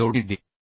च्या जोडणी डी